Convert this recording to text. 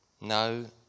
No